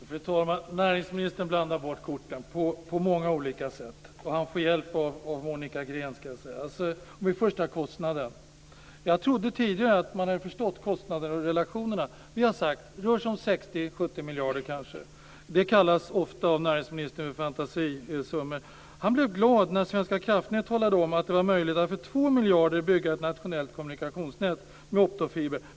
Fru talman! Näringsministern blandar bort korten på många olika sätt, och han får hjälp av Monica Green. Om vi först tar kostnaden kan jag säga att jag tidigare trodde att man hade förstått relationerna mellan kostnaderna. Vi har sagt att det rör sig om 60 70 miljarder. Det kallas ofta av näringsministern för fantasisummor. Näringsministern blev glad när Svenska kraftnät talade om att det var möjligt att för 2 miljarder kronor bygga ett nationellt kommunikationsnät med optofiber.